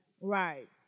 Right